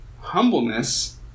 humbleness